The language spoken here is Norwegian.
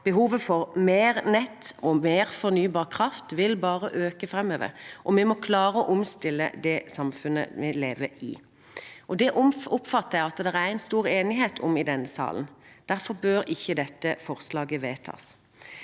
Behovet for mer nett og mer fornybar kraft vil bare øke framover, og vi må klare å omstille det samfunnet vi lever i. Det oppfatter jeg at det er stor enighet om i denne salen. Derfor bør ikke dette forslaget vedtas.